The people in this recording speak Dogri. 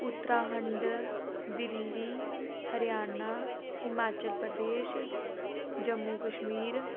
उत्तराखंड दिल्ली हरियाणा हिमाचल प्रदेश जम्मू कश्मीर